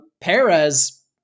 Perez